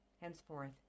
Henceforth